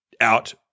out